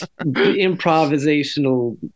improvisational